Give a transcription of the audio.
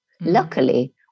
Luckily